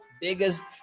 biggest